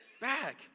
back